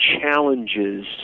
challenges